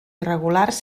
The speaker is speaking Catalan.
irregulars